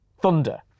Thunder